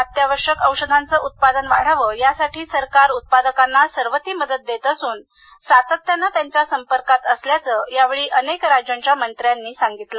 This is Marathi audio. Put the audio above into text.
अत्यावश्यक औषधांचे उत्पादन वाढावे यासाठी सरकार उत्पादकांना सर्व ती मदत देत असून सातत्यानं त्यांच्या संपर्कात असल्याचं या वेळी अनेक राज्याच्या मंत्र्यांनी सांगितलं